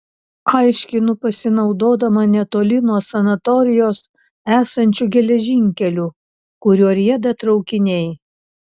aiškinu pasinaudodama netoli nuo sanatorijos esančiu geležinkeliu kuriuo rieda traukiniai